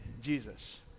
Jesus